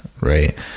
right